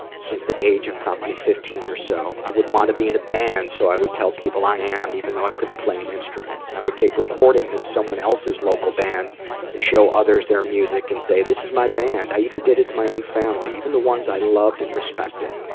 since the age of probably fifteen or so. i would want to be in a band so i would tell people i am even though i couldn't play an instrument. i would take recordings of someone else's local band and show other's their music and say this is my band. i even did it to my own family. even the ones i loved and respected.